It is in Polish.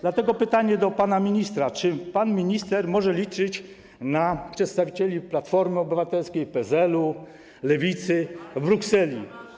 Dlatego mam pytanie do pana ministra: Czy pan minister może liczyć na przedstawicieli Platformy Obywatelskiej, PSL, Lewicy w Brukseli?